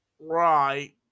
right